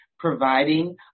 providing